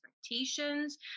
expectations